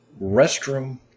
restroom